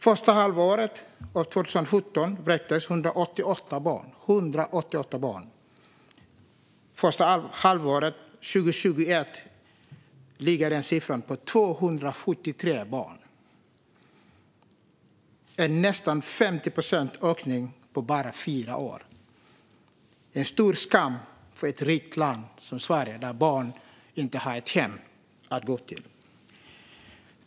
Första halvåret 2017 vräktes 188 barn. Första halvåret 2021 låg siffran på 273 barn. Det är nästan 50 procents ökning på bara fyra år. Det är en stor skam för ett rikt land som Sverige att det finns barn som inte har ett hem att gå till.